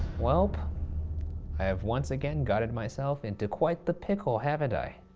welp, i have once again guided myself into quite the pickle, haven't i?